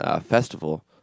festival